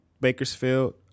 Bakersfield